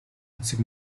эцэг